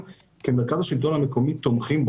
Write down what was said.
כמרכז השלטון המקומי אנחנו תומכים בחוק,